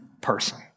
person